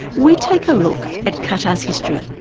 we take a look at qatar's history,